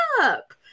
up